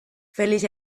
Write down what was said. felix